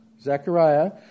Zechariah